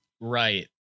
Right